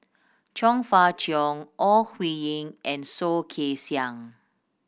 Chong Fah Cheong Ore Huiying and Soh Kay Siang